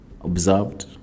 observed